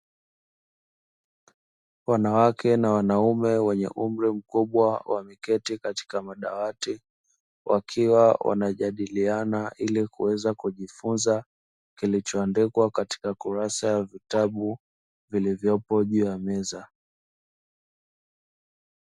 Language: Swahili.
Wanawake na wanaume wenye umri mkubwa wameketi katika madawati, wakiwa wanajadiliana ili kuweza kujifunza kilichoandikwa katika kurasa ya vitabu vilivyopo juu ya meza.